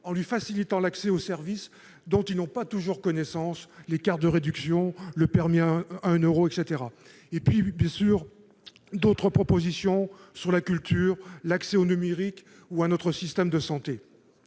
en lui facilitant l'accès aux services dont elle n'a pas toujours connaissance- les cartes de réduction, le permis à un euro, etc. -et d'autres propositions relatives à la culture, à l'accès au numérique ou à notre système de santé.